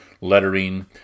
lettering